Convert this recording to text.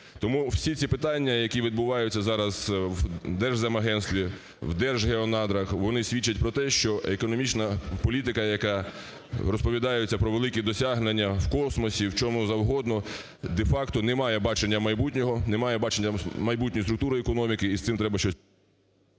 Тому всі ці питання, які відбуваються зараз в Держземагентстві, в Держгеонадрах, вони свідчать про те, що економічна політика, яка, розповідається про великі досягнення в космосі, в чому завгодно де-факто немає бачення майбутнього, немає бачення майбутньої структури економіки і з цим треба щось…